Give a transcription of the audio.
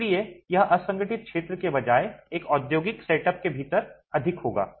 इसलिए यह असंगठित क्षेत्र के बजाय एक औद्योगिक सेटअप के भीतर अधिक होगा